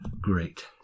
Great